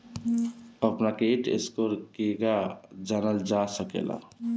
अपना credit score केगा जानल जा सकेला?